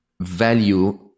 value